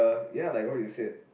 ya like what you said